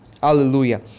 Hallelujah